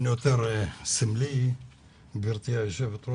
אני אתחיל עם חברי הכנסת.